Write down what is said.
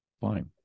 Fine